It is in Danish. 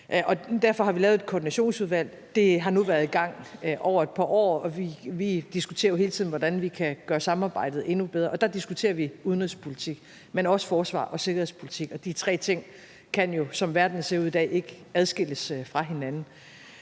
Derfor har vi lavet et koordinationsudvalg. Det har nu været i gang i et par år, og vi diskuterer jo hele tiden, hvordan vi kan gøre samarbejdet endnu bedre, og der diskuterer vi udenrigspolitik, men også forsvars- og sikkerhedspolitik, og de tre ting kan jo, som verden ser ud i dag, ikke adskilles fra hinanden.